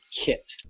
kit